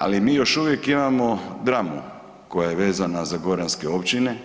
Ali mi još uvijek imamo dramu koja je vezana za goranske općine,